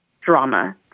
drama